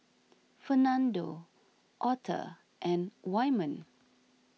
Fernando Author and Wyman